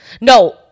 No